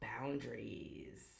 Boundaries